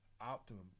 optimum